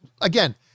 again